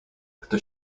kto